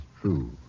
true